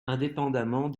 indépendamment